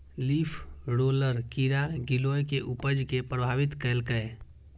leaf roller कीड़ा गिलोय के उपज कें प्रभावित केलकैए